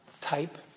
type